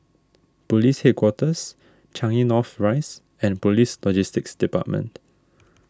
Police Headquarters Changi North Rise and Police Logistics Department